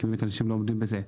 כי אנשים לא עומדים בזה.